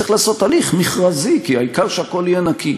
צריך לעשות הליך מכרזי, כי העיקר שהכול יהיה נקי.